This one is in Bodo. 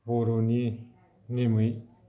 बर'नि नेमै